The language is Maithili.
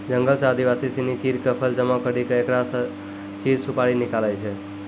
जंगल सॅ आदिवासी सिनि चीड़ के फल जमा करी क एकरा स चीड़ सुपारी निकालै छै